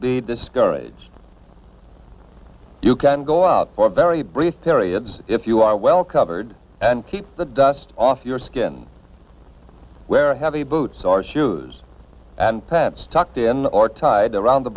be discouraged you can go out for a very brief periods if you are well covered and keep the dust off your skin where heavy boots are shoes and pants tucked in or tied around the